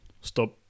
stop